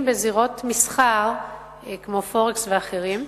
בזירות מסחר כמו "פורקס" ואחרים,